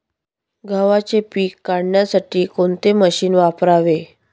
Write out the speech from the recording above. गव्हाचे पीक काढण्यासाठी कोणते मशीन वापरावे?